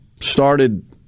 Started